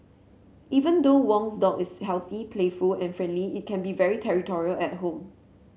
even though Wong's dog is healthy playful and friendly it can be very territorial at home